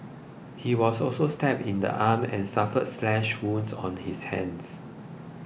he was also stabbed in the arm and suffered slash wounds on his hands